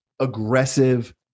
aggressive